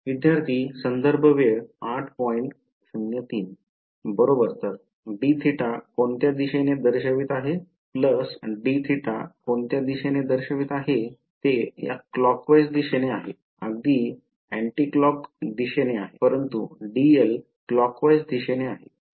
विद्यार्थीः बरोबर तर dθ कोणत्या दिशेने दर्शवित आहे dθ कोणत्या दिशेने दर्शवित आहे ते या clockwise दिशेने आहे अगदी अँट्लॉक दिशेने आहे परंतु dl clockwise दिशेने आहे